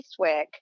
Eastwick